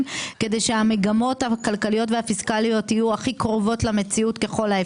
שמוגש באופן מוקדם רק בשל הסמיכות לשנת בחירות ולכך שהחלה שנת